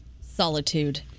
solitude